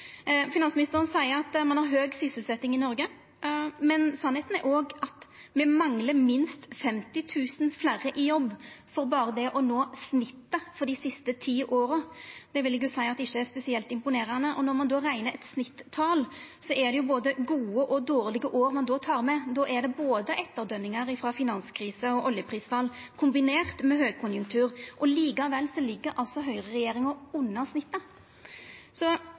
Finansministeren seier at ein har høg sysselsetjing i Noreg, men sanninga er òg at me manglar minst 50 000 fleire i jobb for berre det å nå snittet for dei siste ti åra. Det vil eg seie ikkje er spesielt imponerande. Når ein reknar eit snittal, er det jo både gode og dårlege år ein tek med. Då er det etterdønningar både frå finanskrisa og oljeprisfallet kombinert med høgkonjunktur. Likevel ligg altså høgreregjeringa under snittet.